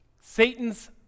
Satan's